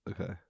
Okay